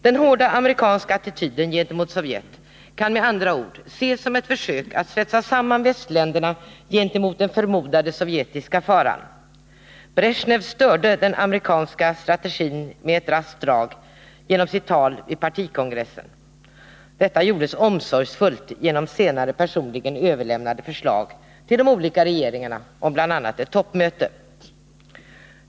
Den hårda amerikanska attityden gentemot Sovjet kan med andra ord ses som ett försök att svetsa samman västländerna mot den förmodade sovjetiska faran. Bresjnev störde den amerikanska strategin med ett raskt drag genom sitt tal vid partikongressen. Detta gjordes omsorgsfullt genom senare personligen överlämnade förslag till de olika regeringarna om bl.a. ett toppmöte.